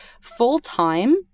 Full-time